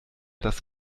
das